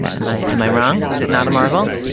am i am i wrong? is it not a marvel?